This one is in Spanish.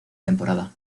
temporada